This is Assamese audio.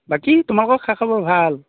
বাকী তোমালোকৰ খা খবৰ ভাল